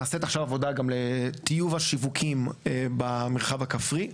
נעשית גם עכשיו עבודה לטיוב השיווקים במרחב הכפרי.